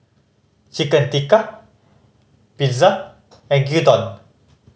Chicken Tikka Pizza and Gyudon